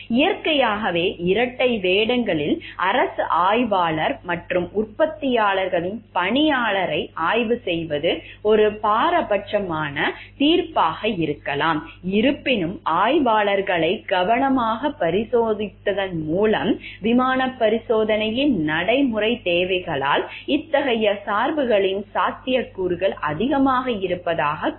இயற்கையாகவே இரட்டை வேடங்களில் அரசு ஆய்வாளர் மற்றும் உற்பத்தியாளரின் பணியாளரை ஆய்வு செய்வது ஒரு பாரபட்சமான தீர்ப்பாக இருக்கலாம் இருப்பினும் ஆய்வாளர்களை கவனமாக பரிசோதிப்பதன் மூலம் விமான பரிசோதனையின் நடைமுறைத் தேவைகளால் இத்தகைய சார்புகளின் சாத்தியக்கூறுகள் அதிகமாக இருப்பதாகக் கூறப்படுகிறது